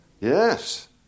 Yes